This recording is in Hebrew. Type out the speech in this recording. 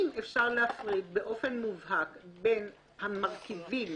אם אפשר להפריד באופן מובהק בין המרכיבים